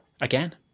again